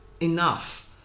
enough